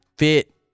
fit